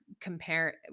compare